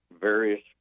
various